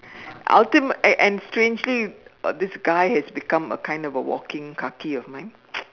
ultimate and and strangely this guy has become a kind of a walking kaki of mine